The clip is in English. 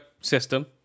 system